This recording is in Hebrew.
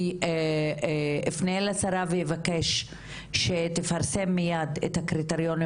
אני אפנה לשרה ואבקש שתפרסם מייד את הקריטריונים